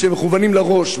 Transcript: כשהם מכוונים לראש,